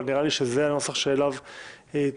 אבל נראה לי שזה הנוסח שאליו התכוונו,